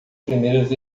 primeiras